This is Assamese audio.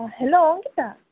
অঁ হেল্ল' অংকিতা